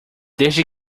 desde